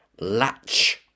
Latch